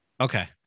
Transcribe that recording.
Okay